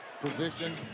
position